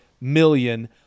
million